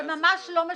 זה ממש לא משנה.